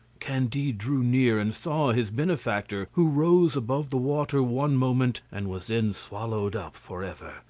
candide drew near and saw his benefactor, who rose above the water one moment and was then swallowed up for ever.